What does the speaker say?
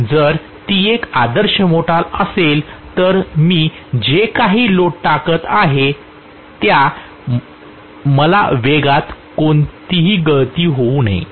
जर ती एक आदर्श मोटर असेल तर मी जे काही लोड टाकत आहे त्या मला वेगात कोणताही गळती येऊ नये